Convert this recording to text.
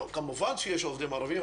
כמובן שיש עובדים ערבים,